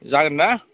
जागोनना